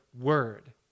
word